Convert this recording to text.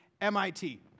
MIT